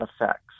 effects